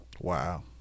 Wow